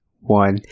one